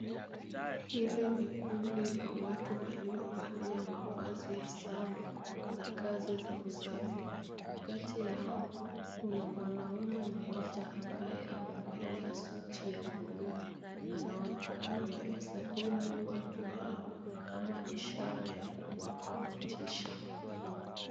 Hili ni kundi la watu waliovalia mavazi ya sare za kazi za usafi. Kati yao kuna mwanaume mmoja ambaye amevalia suti ya buluu. Anaonekana kuwasalimu watu hao kama ishara ya kuwapa motisha.